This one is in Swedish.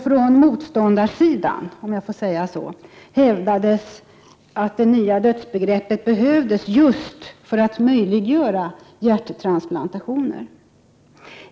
Från ”motståndarsidan” hävdades att det nya dödsbegreppet behövdes just för att möjliggöra hjärttransplantationer.